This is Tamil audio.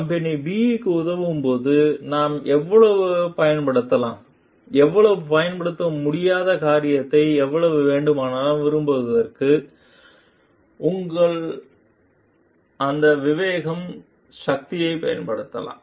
கம்பெனி B க்கு உதவும்போது நாம் எவ்வளவு பயன்படுத்தலாம் எவ்வளவு பயன்படுத்த முடியாத காரியத்தை எவ்வளவு வேண்டுமானாலும் விரும்புவதற்கு உங்கள் அந்த விவேகம் சக்தியைப் பயன்படுத்தலாம்